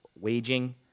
waging